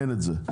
אין את זה.